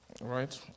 right